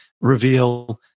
reveal